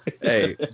Hey